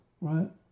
right